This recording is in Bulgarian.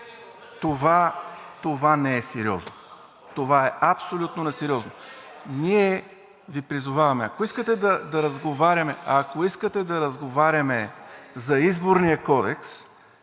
Това не е сериозно. Това е абсолютно несериозно. Ние Ви призоваваме… Ако искате да разговаряме за Изборния кодекс